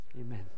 Amen